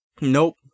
Nope